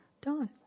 done